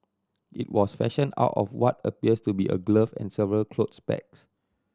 it was fashioned out of what appears to be a glove and several clothes pegs